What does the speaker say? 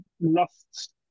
lost